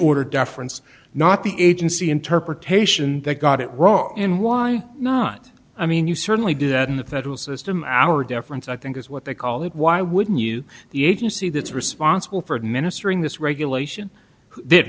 or deference not the agency interpretation that got it wrong and why not i mean you certainly do that in the federal system our difference i think is what they call it why wouldn't you the agency that's responsible for administering this regulation